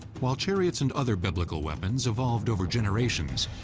while chariots and other biblical weapons evolved over generations,